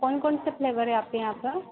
कौन कौन से फ़्लेवर है आपके यहाँ पर